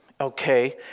okay